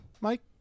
Mike